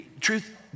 truth